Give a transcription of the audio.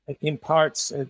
imparts